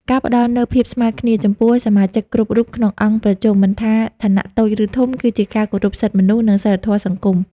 ការផ្តល់នូវ "ភាពស្មើគ្នា" ចំពោះសមាជិកគ្រប់រូបក្នុងអង្គប្រជុំ មិនថាឋានៈតូចឬធំ គឺជាការគោរពសិទ្ធិមនុស្ស និងសីលធម៌សង្គម។